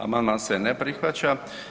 Amandman se ne prihvaća.